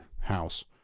house